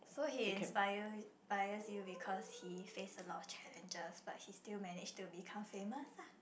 so he inspires bias him because he says a lot of challenges but he still manages to become famous lah